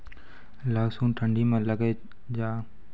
लहसुन ठंडी मे लगे जा?